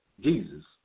Jesus